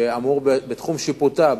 שבתחום שיפוטה,